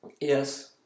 Yes